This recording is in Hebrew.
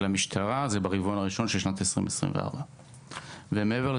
המשטרה זה יקרה ברבעון הראשון של שנת 2024. אנחנו